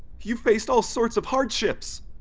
you've faced all sorts of hardships,